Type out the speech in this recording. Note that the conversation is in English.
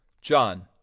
John